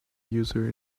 user